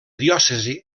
diòcesi